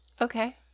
Okay